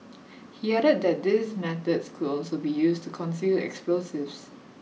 he added that these methods could also be used to conceal explosives